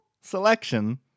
selection